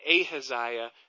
Ahaziah